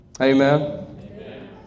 Amen